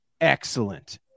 excellent